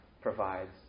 provides